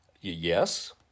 Yes